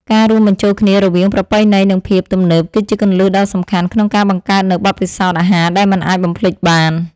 ការរួមបញ្ចូលគ្នារវាងប្រពៃណីនិងភាពទំនើបគឺជាគន្លឹះដ៏សំខាន់ក្នុងការបង្កើតនូវបទពិសោធន៍អាហារដែលមិនអាចបំភ្លេចបាន។